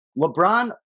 LeBron